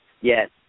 Yes